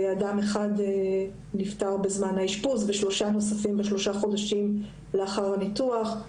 אדם אחד נפטר בזמן האשפוז ושלושה נוספים בשלושה חודשים שלאחר הניתוח.